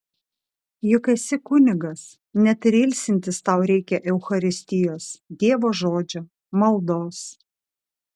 juk esi kunigas net ir ilsintis tau reikia eucharistijos dievo žodžio maldos